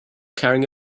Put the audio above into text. carrying